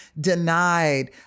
denied